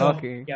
Okay